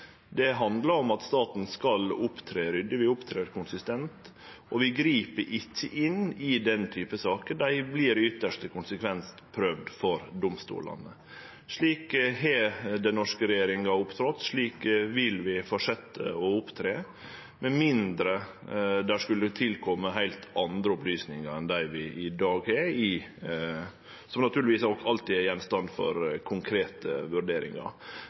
Det handlar om at staten skal opptre ryddig. Vi opptrer konsistent, og vi grip ikkje inn i den typen saker. Dei vert i ytste konsekvens prøvde for domstolane. Slik har den norske regjeringa opptredd. Slik vil vi fortsetje å opptre, med mindre det skulle kome til heilt andre opplysningar enn dei vi i dag har, som naturlegvis alltid er gjenstand for konkrete vurderingar.